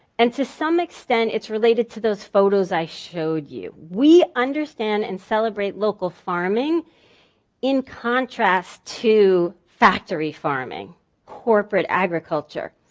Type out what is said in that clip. and to some extent, it's related to those photos i showed you. we understand and celebrate local farming in contrast to factory farming corporate agriculture.